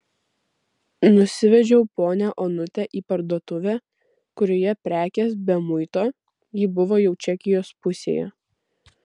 nusivedžiau ponią onutę į parduotuvę kurioje prekės be muito ji buvo jau čekijos pusėje